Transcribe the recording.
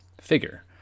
figure